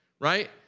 right